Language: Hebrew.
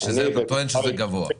שאתה טוען שזה גבוה.